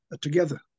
together